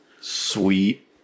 sweet